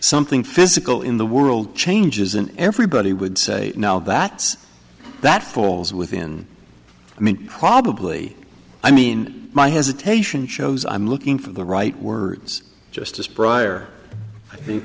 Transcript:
something physical in the world changes and everybody would say now that that falls within i mean probably i mean my hesitation shows i'm looking for the right words justice prior i think